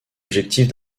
objectifs